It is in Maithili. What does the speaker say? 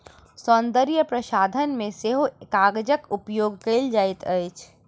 सौन्दर्य प्रसाधन मे सेहो कागजक उपयोग कएल जाइत अछि